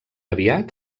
aviat